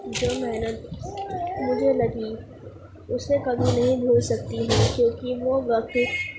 جو محنت مجھے لگی اسے کبھی نہیں بھول سکتی میں کیونکہ وہ وقت